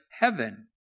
heaven